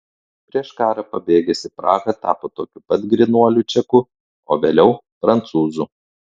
prieš karą pabėgęs į prahą tapo tokiu pat grynuoliu čeku o vėliau prancūzu